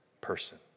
person